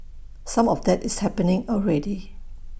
some of that is happening already